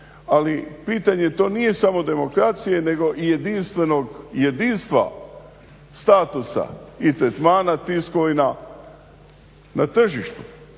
ali pitanje to nije samo demokracije nego i jedinstvenog jedinstva statusa i tretmana tiskovina na tržištu.